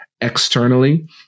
externally